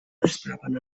estaven